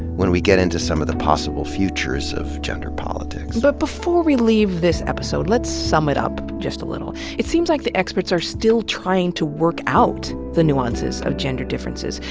when we get into some of the possible futures of gender politics. but before we leave this episode, let's sum up just a little. it seems like the experts are still trying to work out the nuances of gender differences,